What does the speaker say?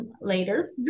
later